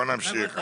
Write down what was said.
בואו נמשיך.